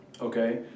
Okay